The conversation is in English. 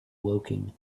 woking